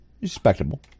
Respectable